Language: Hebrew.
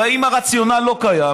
הרי אם הרציונל לא קיים,